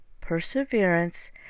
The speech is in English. perseverance